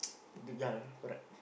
the ya correct